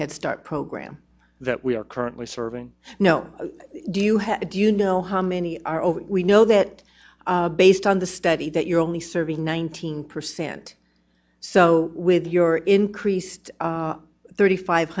head start program that we are currently serving no do you have do you know how many are over we know that based on the study that you're only serving nineteen percent so with your increased thirty five